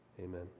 Amen